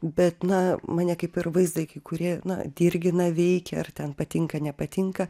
bet na mane kaip ir vaizdai kai kurie na dirgina veikia ar ten patinka nepatinka